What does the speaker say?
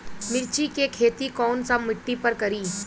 मिर्ची के खेती कौन सा मिट्टी पर करी?